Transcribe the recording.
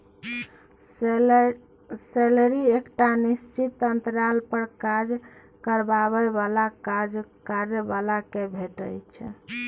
salary एकटा निश्चित अंतराल पर काज करबाबै बलासँ काज करय बला केँ भेटै छै